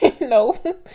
no